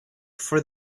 for